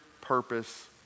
purpose